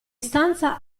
stanza